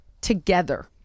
together